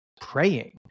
praying